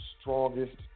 strongest